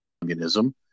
communism